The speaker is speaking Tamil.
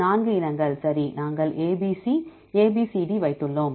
4 இனங்கள் சரி நாங்கள் ABC ABCD வைத்துள்ளோம்